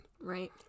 right